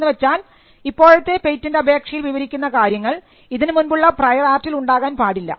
എന്ന് വെച്ചാൽ ഇപ്പോഴത്തെ പേറ്റൻറ് അപേക്ഷയിൽ വിവരിക്കുന്ന കാര്യങ്ങൾ ഇതിനു മുൻപുള്ള പ്രയർ ആർട്ടിൽ ഉണ്ടാകാൻ പാടില്ല